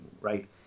right